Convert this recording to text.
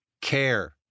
care